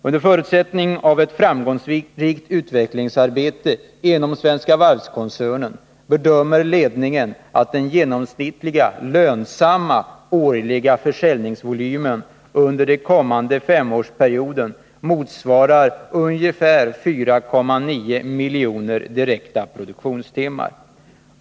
Under förutsättning av ett framgångsrikt utvecklingsarbete inom Svenska Varv-koncernen bedömer ledningen att den genomsnittliga lönsamma årliga försäljningsvolymen under den kommande femårsperioden motsvarar ungefär 4,9 miljoner direkta produktionstimmar.